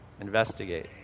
Investigate